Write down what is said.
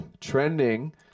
trending